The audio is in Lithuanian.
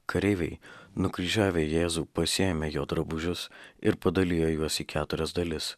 kareiviai nukryžiavę jėzų pasiėmė jo drabužius ir padalijo juos į keturias dalis